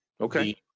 Okay